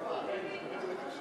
הכנסה (הכרה בהוצאות לימודים ליחיד בעל עסק),